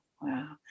Wow